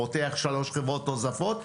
פותח שלוש חברות נוספות,